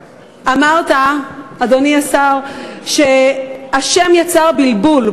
אדוני השר, אמרת שהשם יצר בלבול.